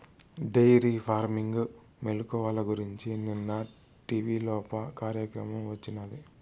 dairy farming మెలుకువల గురించి నిన్న టీవీలోప కార్యక్రమం వచ్చినాది